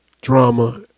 drama